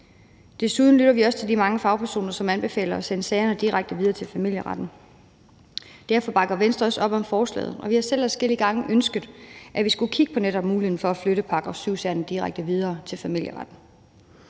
Desuden lytter vi også til de mange fagpersoner, som anbefaler at sende sagerne direkte videre til familieretten. Derfor bakker Venstre også op om forslaget, og vi har selv adskillige gange ønsket, at vi netop skulle kigge på muligheden for at sende § 7-sagerne direkte videre til familieretten.